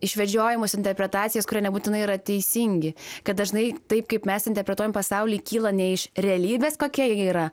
išvedžiojimus interpretacijas kurie nebūtinai yra teisingi kad dažnai taip kaip mes interpretuojam pasaulį kyla ne iš realybės kokia ji yra